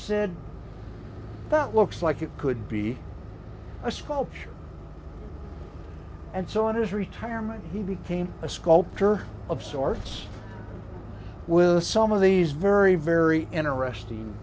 said that looks like it could be a sculpture and so on his retirement he became a sculptor of sorts with some of these very very interesting